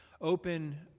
open